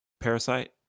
parasite